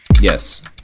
Yes